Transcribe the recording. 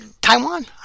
Taiwan